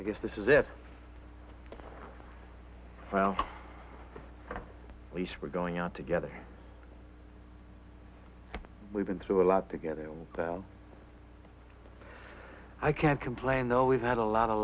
i guess this is it well least we're going on together we've been through a lot to get it down i can't complain though we've had a lot of